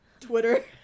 Twitter